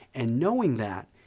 and knowing that,